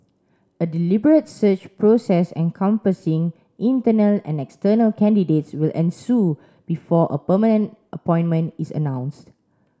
a deliberate search process encompassing internal and external candidates will ensue before a permanent appointment is announced